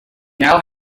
now